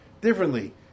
differently